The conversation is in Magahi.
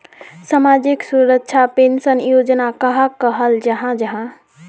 सामाजिक सुरक्षा पेंशन योजना कहाक कहाल जाहा जाहा?